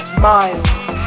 Miles